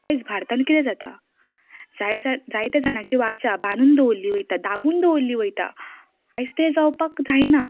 आयज भारतांत कितें जाता जायत्या जाणांची वाचा दामून दवरली वयता बांदून दवरली वयता आयज तें जावपाक जायना